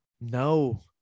no